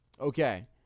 Okay